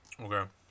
Okay